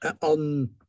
on